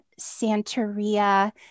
Santeria